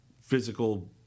physical